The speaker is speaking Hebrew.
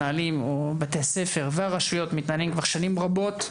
בתי הספר והרשויות מתנהלים כבר שנים רבות,